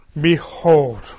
Behold